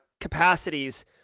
capacities